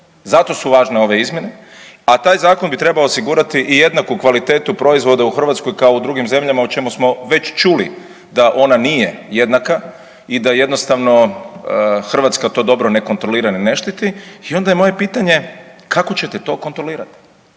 zato su važne ove izmjene, a taj zakon bi trebao osigurati i jednaku kvalitetu proizvoda u Hrvatskoj kao u drugim zemljama o čemu smo već čuli da ona nije jednaka i da jednostavno Hrvatska to dobro ne kontrolira ni ne štiti. I onda je moje pitanje kako ćete to kontrolirati,